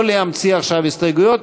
לא להמציא עכשיו הסתייגויות,